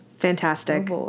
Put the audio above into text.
fantastic